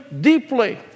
deeply